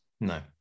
No